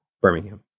Birmingham